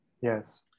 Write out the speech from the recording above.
Yes